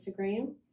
Instagram